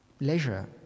leisure